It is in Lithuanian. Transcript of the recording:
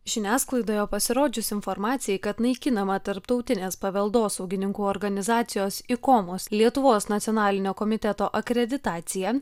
žiniasklaidoje pasirodžius informacijai kad naikinama tarptautinės paveldosaugininkų organizacijos ikomos lietuvos nacionalinio komiteto akreditacija